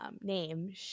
name